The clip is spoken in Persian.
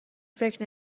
فکر